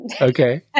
Okay